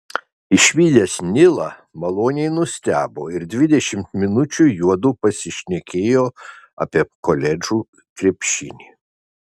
išvydęs nilą maloniai nustebo ir dvidešimt minučių juodu pasišnekėjo apie koledžų krepšinį